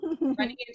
running